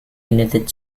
united